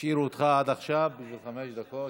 חמש דקות?